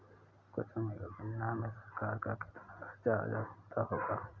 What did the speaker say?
कुसुम योजना में सरकार का कितना खर्चा आ जाता होगा